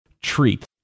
treat